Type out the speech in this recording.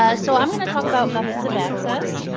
ah so i'm going to talk about methods of access,